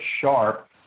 sharp